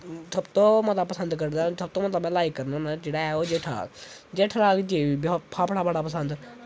ओह् बड़ा पसंद करना होना ओह् जेह्ड़ा जेठा लाल जेठा लाल गी जेह्ड़ा फाफड़ा बड़ा पसंद